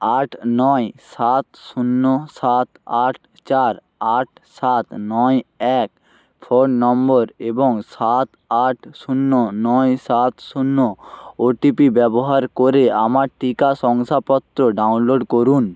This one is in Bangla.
আট নয় সাত শূন্য সাত আট চার আট সাত নয় এক ফোন নম্বর এবং সাত আট শূন্য নয় সাত শূন্য ওটিপি ব্যবহার করে আমার টিকা শংসাপত্র ডাউনলোড করুন